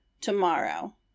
tomorrow